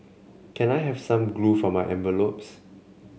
can I have some glue for my envelopes